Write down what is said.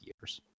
years